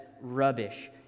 rubbish